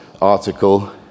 article